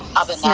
other names.